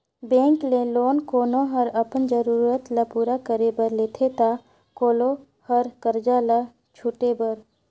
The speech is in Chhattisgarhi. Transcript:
बेंक ले लोन कोनो हर अपन जरूरत ल पूरा करे बर लेथे ता कोलो हर करजा ल छुटे बर